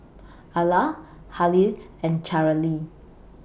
Iola Halie and Cherrelle